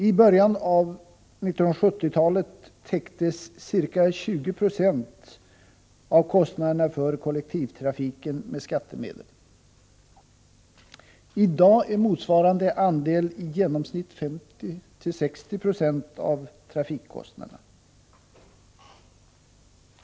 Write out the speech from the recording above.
I början av 1970-talet täcktes ca 20 90 av kostnaderna för kollektivtrafiken med skattemedel. I dag är motsvarande andel i genomsnitt 50-60 96.